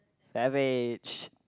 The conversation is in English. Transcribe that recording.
savage